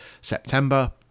September